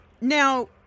Now